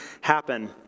happen